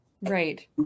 Right